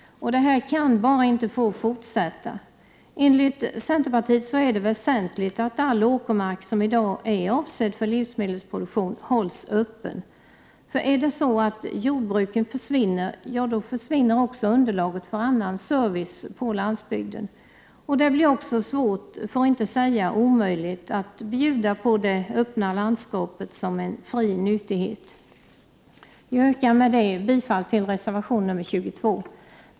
Detta kan bara inte få fortsätta. Enligt centerpartiet är det väsentligt att all åkermark som i dag är avsedd för livsmedelsproduktion hålls öppen. För om jordbruken försvinner försvinner även underlaget för annan service på landsbygden. Det blir också svårt — för att inte säga omöjligt — att bjuda på det öppna landskapet som en fri nyttighet. Jag yrkar med detta bifall till reservation nr 22.